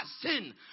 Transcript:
sin